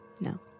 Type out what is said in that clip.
No